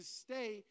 stay